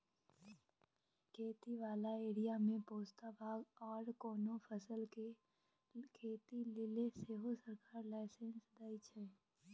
खेती बला एरिया मे पोस्ता, भांग आर कोनो फसल केर खेती लेले सेहो सरकार लाइसेंस दइ छै